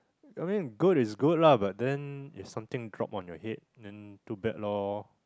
I mean good is good lah but then if something drop on your head then too bad loh